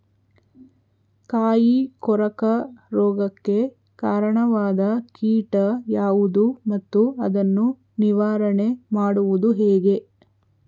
ಕಾಯಿ ಕೊರಕ ರೋಗಕ್ಕೆ ಕಾರಣವಾದ ಕೀಟ ಯಾವುದು ಮತ್ತು ಅದನ್ನು ನಿವಾರಣೆ ಮಾಡುವುದು ಹೇಗೆ?